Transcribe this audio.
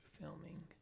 Filming